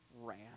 ran